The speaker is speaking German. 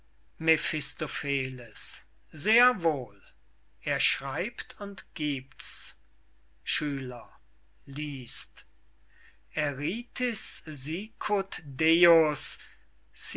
mephistopheles sehr wohl er schreibt und giebt's schüler lies't eritis